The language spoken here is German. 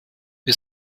wir